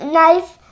Knife